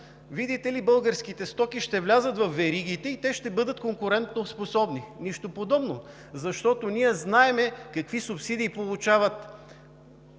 видите ли, българските стоки ще влязат във веригите и те ще бъдат конкурентоспособни. Нищо подобно! Ние знаем какви субсидии получават